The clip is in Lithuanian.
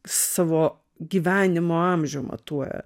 savo gyvenimo amžių matuoja